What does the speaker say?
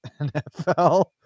nfl